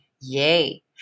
Yay